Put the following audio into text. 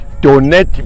donate